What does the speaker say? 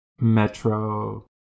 Metro